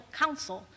council